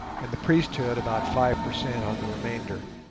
and the priesthood about five per cent on the remainder.